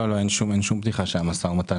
לא, אין שום פתיחה של המשא ומתן.